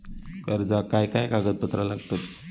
कर्जाक काय काय कागदपत्रा लागतत?